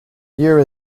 lure